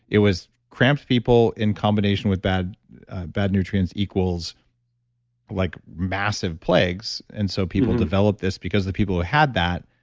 it was cramped people in combination with bad bad nutrients equals like massive plagues, and so people developed this because the people who had that,